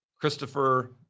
Christopher